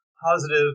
positive